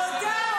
תודה,